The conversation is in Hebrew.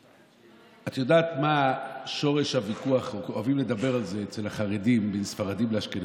את יודעת מה שורש הוויכוח אצל החרדים בין ספרדים לאשכנזים?